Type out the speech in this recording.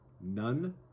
None